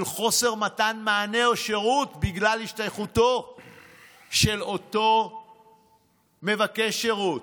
של חוסר מתן מענה או שירות בגלל השתייכותו של אותו מבקש שירות.